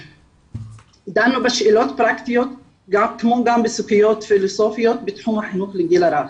דנו בשאלות פרקטיות כמו גם בסוגיות פילוסופיות בתחום החינוך לגיל הרך.